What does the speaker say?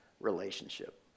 relationship